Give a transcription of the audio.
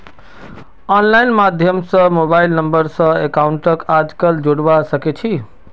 online माध्यम स mobile number स अकाउंटक आजकल जोडवा सके छी